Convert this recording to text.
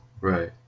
Right